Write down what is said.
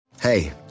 Hey